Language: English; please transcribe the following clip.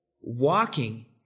walking